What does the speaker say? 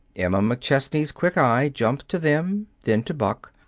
emma mcchesney's quick eye jumped to them, then to buck,